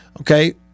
okay